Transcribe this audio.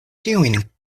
ĉiujn